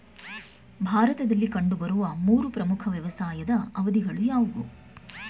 ಭಾರತದಲ್ಲಿ ಕಂಡುಬರುವ ಮೂರು ಪ್ರಮುಖ ವ್ಯವಸಾಯದ ಅವಧಿಗಳು ಯಾವುವು?